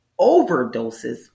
overdoses